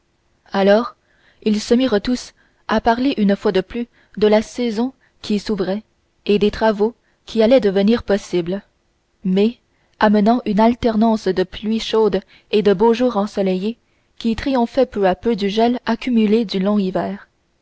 alors ils se mirent tous à parler une fois de plus de la saison qui s'ouvrait et des travaux qui allaient devenir possibles mai amenait une alternance de pluies chaudes et de beaux jours ensoleillés qui triomphait peu à peu du gel accumulé du long hiver